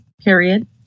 Period